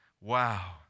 wow